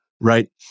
right